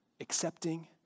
accepting